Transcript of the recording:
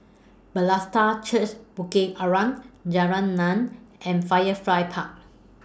Bethesda Church Bukit Arang Jalan Naung and Firefly Park